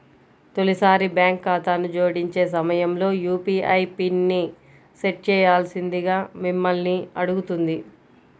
తొలిసారి బ్యాంక్ ఖాతాను జోడించే సమయంలో యూ.పీ.ఐ పిన్ని సెట్ చేయాల్సిందిగా మిమ్మల్ని అడుగుతుంది